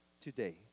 today